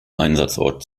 einsatzort